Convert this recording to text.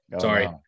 Sorry